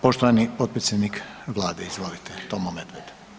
Poštovani potpredsjednik Vlade, izvolite, Tomo Medved.